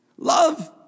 Love